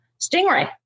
stingray